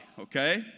okay